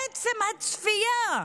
עצם הצפייה,